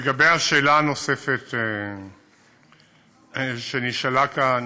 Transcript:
לגבי השאלה הנוספת שנשאלה כאן,